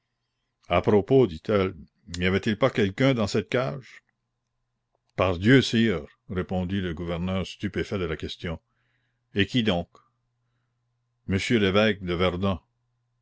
à propos dit-elle n'y avait-il pas quelqu'un dans cette cage pardieu sire répondit le gouverneur stupéfait de la question et qui donc monsieur l'évêque de verdun